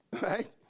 Right